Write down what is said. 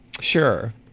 Sure